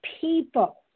people